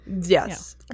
yes